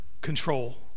control